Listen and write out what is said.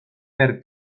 per